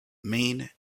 main